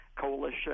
Coalition